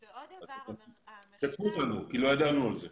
שתפו אותנו, כי לא ידענו על זה.